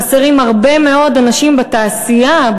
חסרים הרבה מאוד אנשים בתעשייה,